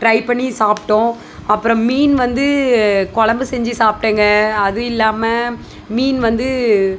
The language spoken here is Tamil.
ட்ரை பண்ணி சாப்பிட்டோம் அப்புறம் மீன் வந்து குழம்பு செஞ்சு சாப்பிட்டேங்க அதவு ம் இல்லாமல் மீன் வந்து